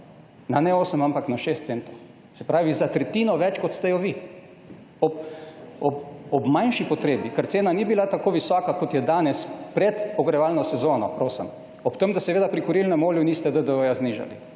ne na 8, ampak na 6 centov. Se pravi za tretjino več, kot ste jo vi ob manjši potrebi, ker cena ni bila tako visoka, kot je danes pred ogrevalno sezona. Ob tem, da pri kurilnem olju niste znižali